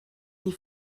die